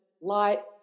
light